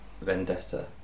Vendetta